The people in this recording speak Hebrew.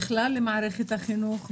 בכלל למערכת החינוך,